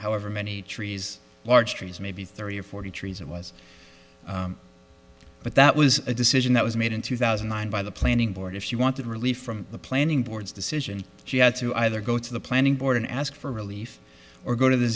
however many trees large trees maybe thirty or forty trees it was but that was a decision that was made in two thousand and nine by the planning board if you wanted relief from the planning board's decision she had to either go to the planning board and ask for relief or go to the